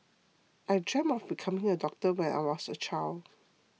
I dreamt of becoming a doctor when I was a child